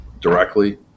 directly